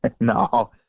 no